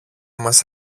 μας